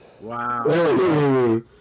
Wow